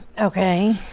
Okay